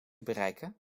bereiken